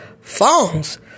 phones